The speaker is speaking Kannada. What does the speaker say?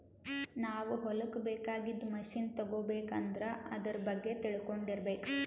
ನಾವ್ ಹೊಲಕ್ಕ್ ಬೇಕಾಗಿದ್ದ್ ಮಷಿನ್ ತಗೋಬೇಕ್ ಅಂದ್ರ ಆದ್ರ ಬಗ್ಗೆ ತಿಳ್ಕೊಂಡಿರ್ಬೇಕ್